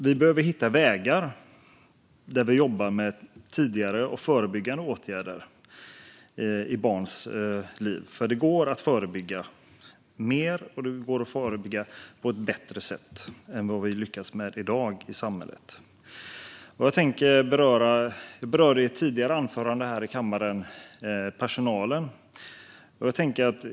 Vi behöver hitta vägar där vi jobbar med tidigare och förebyggande åtgärder i barns liv. Det går att förebygga mer, och det går att förebygga på ett bättre sätt än vad vi lyckas med i dag i samhället. Jag berörde i ett tidigare anförande i kammaren personalen.